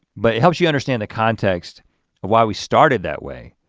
but it helps you understand the context of why we started that way.